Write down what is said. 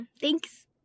Thanks